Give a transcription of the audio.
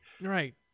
Right